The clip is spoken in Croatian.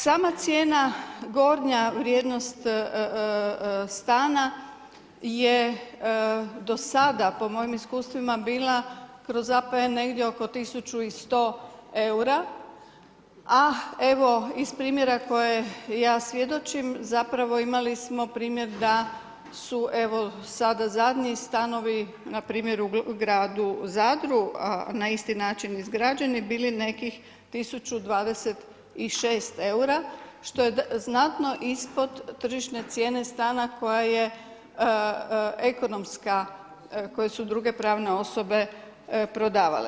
Sama cijena gornja vrijednost stana je do sada po mojim iskustvima bila kroz APN negdje oko 1100 eura, a evo iz primjera koje ja svjedočim zapravo imali smo primjer da su evo sada zadnji stanovi na primjer u gradu Zadru, a na isti način izgrađeni bili nekih 1026 eura što je znatno ispod tržišne cijene stana koja je ekonomska, koje su druge pravne osobe prodavale.